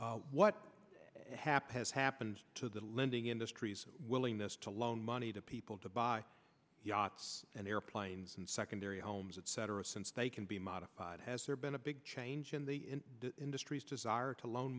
happened as happened to the lending industry willingness to loan money to people to buy yachts and airplanes and secondary homes etc since they can be modified has there been a big change in the industry's desire to loan